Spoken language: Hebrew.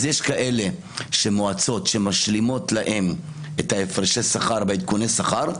אז יש כאלה מועצות שמשלימות להם את הפרשי השכר ועדכוני השר,